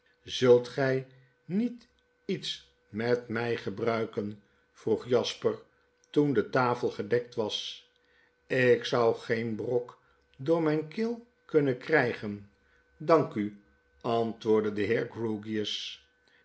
zult gy niet iets met mijgebruiken vroeg jasper toen de tafel gedekt was ik zou geen brok door myne keel kunnen krijgen dank u antwoordde de